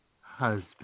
Husband